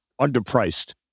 underpriced